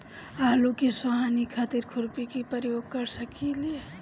आलू में सोहनी खातिर खुरपी के प्रयोग कर सकीले?